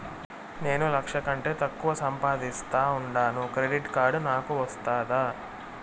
నేను లక్ష కంటే తక్కువ సంపాదిస్తా ఉండాను క్రెడిట్ కార్డు నాకు వస్తాదా